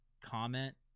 comment